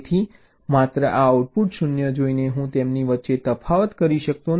તેથી માત્ર આ આઉટપુટ 0 જોઈને હું તેમની વચ્ચે તફાવત કરી શકતો નથી